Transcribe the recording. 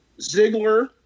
Ziggler